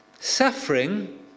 Suffering